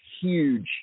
huge